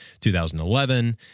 2011